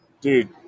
dude